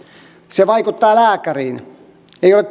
se vaikuttaa lääkäriin ei ole